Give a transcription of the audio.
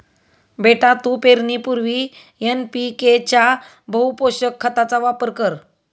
बेटा तू पेरणीपूर्वी एन.पी.के च्या बहुपोषक खताचा वापर कर